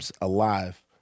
alive